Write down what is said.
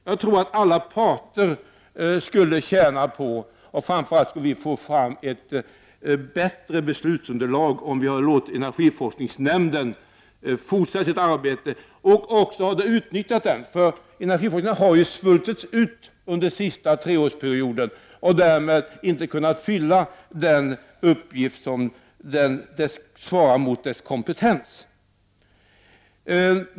Jag tror att alla parter skulle tjäna på, och framför allt skulle vi få ett bättre beslutsunderlag, om vi låter energiforskningsnämnden fortsätta sitt arbete. Vi måste också utnyttja nämnden. Den har faktiskt svultits ut under den senaste treårsperioden och därmed inte kunnat fullgöra de uppgifter som svarar mot dess kompetens.